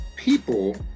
People